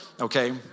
okay